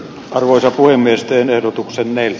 arvoisa puhemies teen ehdotuksenne